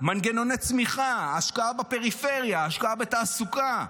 מנגנוני צמיחה, השקעה בפריפריה, השקעה בתעסוקה.